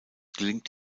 gelingt